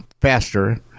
faster